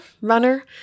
runner